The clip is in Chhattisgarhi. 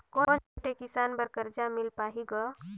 कौन छोटे किसान बर कर्जा मिल पाही ग?